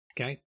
Okay